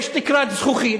יש תקרת זכוכית,